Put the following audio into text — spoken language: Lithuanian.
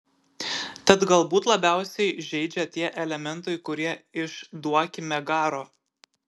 tad galbūt labiausiai žeidžia tie elementai kurie iš duokime garo